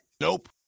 Nope